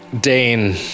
Dane